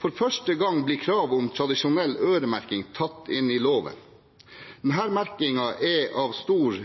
For første gang blir krav om tradisjonell øremerking tatt inn i loven. Denne merkingen er av stor